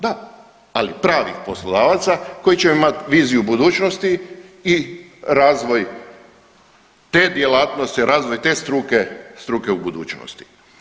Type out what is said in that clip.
Da, ali pravih poslodavaca koji će imati viziju budućnosti i razvoj te djelatnosti, razvoj te struke, struke u budućnosti.